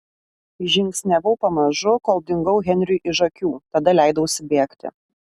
žingsniavau pamažu kol dingau henriui iš akių tada leidausi bėgti